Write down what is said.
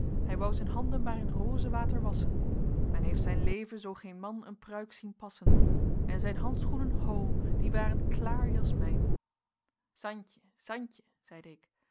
hij wou zijn handen maar in rozewater wasschen men heeft zijn leven zoo geen man een pruik zien passen en zijn handschoenen ho die waren klaar jasmijn santje santje zeide ik